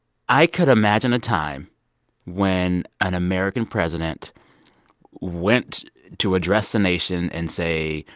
i could imagine a time when an american president went to address the nation and say,